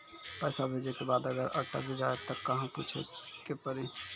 पैसा भेजै के बाद अगर अटक जाए ता कहां पूछे के पड़ी?